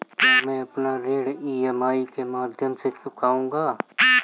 क्या मैं अपना ऋण ई.एम.आई के माध्यम से चुकाऊंगा?